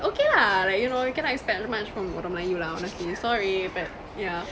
okay lah like you know you cannot expect much from orang melayu lah honestly sorry but yeah